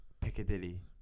Piccadilly